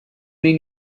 mean